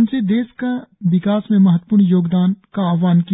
उनसे देश का विकास में महत्वपूर्ण योगदान करने का आह्वान किया